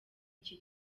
iki